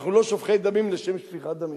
אנחנו לא שופכי דמים לשם שפיכת דמים.